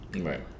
Right